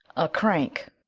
a crank,